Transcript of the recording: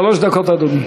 שלוש דקות, בבקשה.